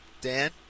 Dan